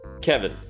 Kevin